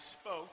spoke